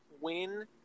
win